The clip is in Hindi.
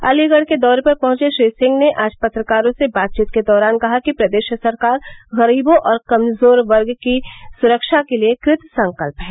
अलीगढ़ के दौरे पर पहुंचे श्री सिंह ने आज पत्रकारों से बातचीत के दौरान कहा कि प्रदेश सरकार गरीबों और कमजोर वर्गों की सुरक्षा के लिए कृतसंकल्प है